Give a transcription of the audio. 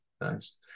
Nice